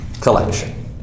collection